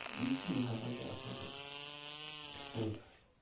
یہِ چیٖز ہسا چھِ اتھ منٛز سِملر